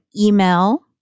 email